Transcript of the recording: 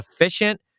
efficient